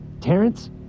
Terrence